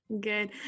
Good